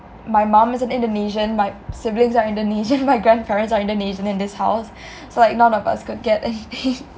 my mom is an indonesian my siblings are indonesian my grandparents are indonesian in this house so like none of us could get anything